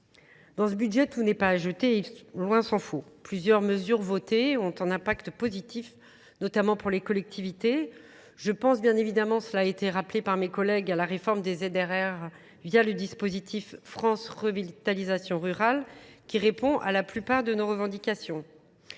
Dans ce budget, tout n'est pas ajouté et loin s'en faut. Plusieurs mesures votées ont un impact positif, notamment pour les collectivités. Je pense bien évidemment que cela a été rappelé par mes collègues à la réforme des ZRR via le dispositif France Rurales, qui répond à la plupart de nos revendications.